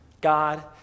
God